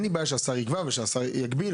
אין לי בעיה שהשר יקבע והשר יגביל,